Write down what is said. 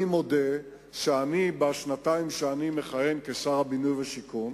אני מודה שבשנתיים שאני מכהן כשר הבינוי והשיכון,